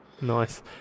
Nice